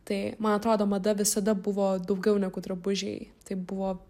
tai man atrodo mada visada buvo daugiau negu drabužiai tai buvo